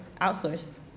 outsource